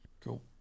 Cool